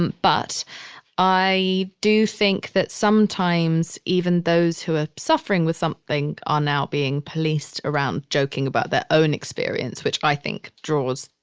um but i do think that sometimes even those who are suffering with something are now being policed around joking about their own experience, which i think draws,